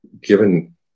given